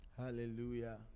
hallelujah